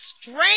strange